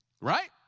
Right